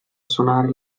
suonare